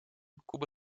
куба